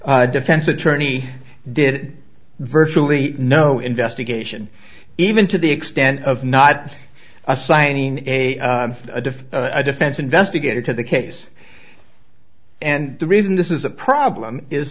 this defense attorney did virtually no investigation even to the extent of not assigning a diff a defense investigator to the case and the reason this is a problem is